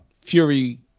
Fury